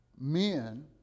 men